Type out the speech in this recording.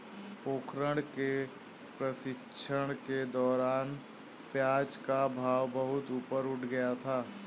पोखरण के प्रशिक्षण के दौरान प्याज का भाव बहुत ऊपर उठ गया था